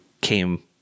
came